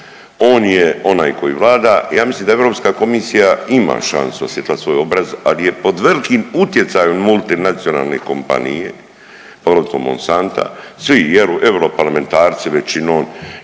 On je onaj koji vlada. Ja mislim da Europska komisija ima šansu da osvjetla svoj obraz, ali je pod velikim utjecajem multinacionalne kompanije poglavito Monsanta, svi i europarlamentarci većinom